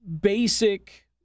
basic